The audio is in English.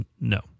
no